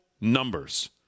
numbers